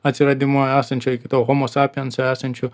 atsiradimo esančio iki tol homo sapiens esančių